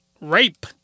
rape